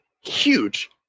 huge